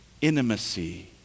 intimacy